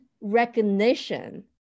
recognition